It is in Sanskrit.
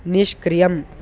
निष्क्रियम्